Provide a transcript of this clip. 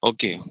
Okay